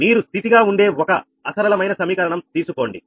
మీరు స్థితి గా ఉండే ఒక అసరళమైన సమీకరణం తీసుకోండి